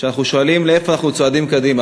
שאנחנו שואלים לאן אנחנו צועדים קדימה,